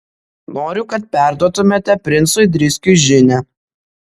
noriu kad perduotumėte princui driskiui žinią